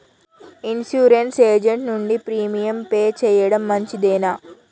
Insurance agent నుండి premium pay చేయడం మంచిదేనా?